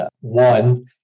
one